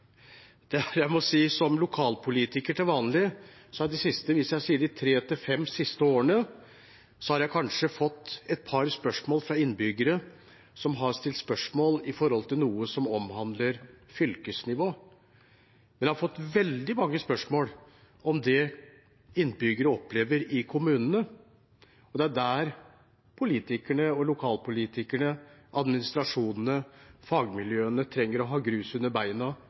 Som lokalpolitiker til vanlig må jeg si at de siste tre–fem årene har jeg kanskje fått et par spørsmål fra innbyggere som har spurt om noe som omhandler fylkesnivå, men jeg har fått veldig mange spørsmål om det innbyggere opplever i kommunene. Det er der politikerne, lokalpolitikerne, administrasjonene og fagmiljøene trenger å ha grus under beina,